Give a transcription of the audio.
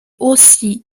aussi